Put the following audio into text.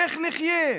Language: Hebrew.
איך נחיה?